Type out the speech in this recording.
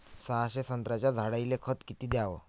सहाशे संत्र्याच्या झाडायले खत किती घ्याव?